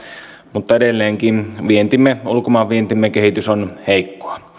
mutta edelleenkin ulkomaanvientimme kehitys on heikkoa